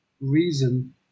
reason